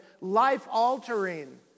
life-altering